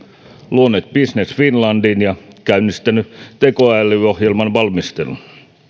luoneet business finlandin ja käynnistäneet tekoälyohjelman valmistelun